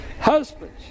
Husbands